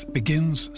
begins